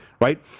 right